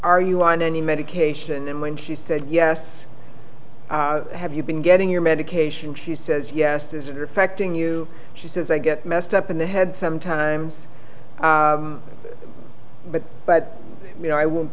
are you on any medication and when she said yes have you been getting your medication she says yes this is it affecting you she says i get messed up in the head sometimes but but you know i won't